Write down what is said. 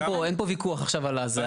אין פה עכשיו ויכוח על הזה.